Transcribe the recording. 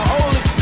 Holy